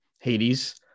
Hades